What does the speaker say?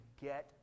get